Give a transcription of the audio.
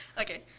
Okay